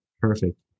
Perfect